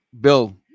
Bill